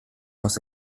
los